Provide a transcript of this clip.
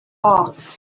hawks